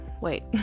wait